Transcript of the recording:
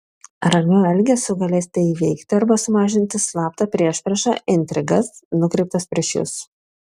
ramiu elgesiu galėsite įveikti arba sumažinti slaptą priešpriešą intrigas nukreiptas prieš jus